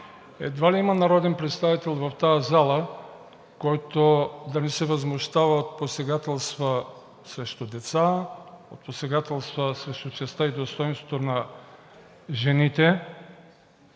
Едва ли има народен представител в тази зала, който да не се възмущава от посегателства срещу деца, от посегателства срещу честта и достойнството на жените.